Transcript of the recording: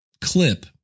clip